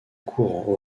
courant